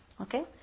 Okay